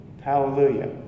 Hallelujah